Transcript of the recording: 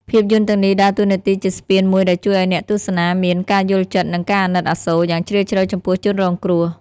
ភាពយន្តទាំងនេះដើរតួនាទីជាស្ពានមួយដែលជួយឲ្យអ្នកទស្សនាមាន ការយល់ចិត្ត និងការអាណិតអាសូរ យ៉ាងជ្រាលជ្រៅចំពោះជនរងគ្រោះ។